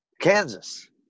Kansas